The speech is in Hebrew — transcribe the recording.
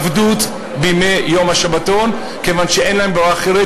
עבדות בימי השבתון כיוון שאין להם ברירה אחרת.